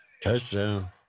Touchdown